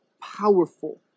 powerful